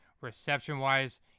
reception-wise